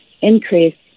increase